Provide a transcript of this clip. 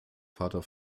vater